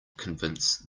convince